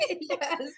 Yes